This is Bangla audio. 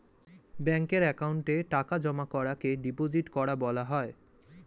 ব্যাঙ্কের অ্যাকাউন্টে টাকা জমা করাকে ডিপোজিট করা বলা হয়